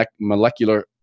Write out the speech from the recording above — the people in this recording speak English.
molecular